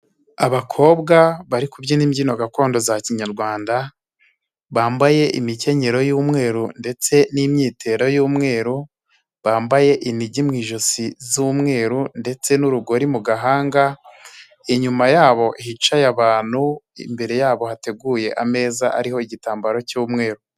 Abakobwa bari kubyina imbyino gakondo za Kinyarwanda, bambaye imikenyero y'umweru ndetse n'imyitero y'umweru, bambaye inigi mu ijosi z'umweru ndetse n'urugori mu gahanga, inyuma yabo hicaye abantu, imbere yabo hateguye ameza ariho igitambaro cy'umweru.